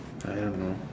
I don't know